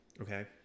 Okay